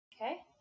Okay